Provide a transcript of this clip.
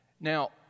Now